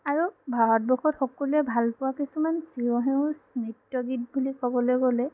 আৰু ভাৰতবৰ্ষত সকলোৱে ভাল পোৱা কিছুমান চিৰসেউজ নৃত্য গীত বুলি ক'বলৈ গ'লে